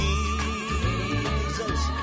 Jesus